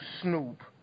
Snoop